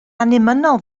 annymunol